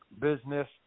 business